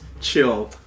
chill